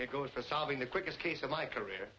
it goes for solving the quickest case of my career